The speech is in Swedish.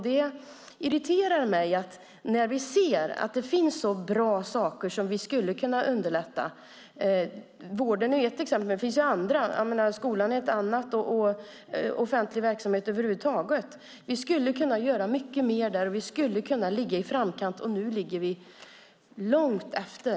Det irriterar mig när vi ser så bra saker som vi skulle kunna underlätta vården, skolan och annan offentlig verksamhet med och när vi skulle kunna ligga i framkant. Nu ligger vi i stället långt efter.